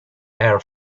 air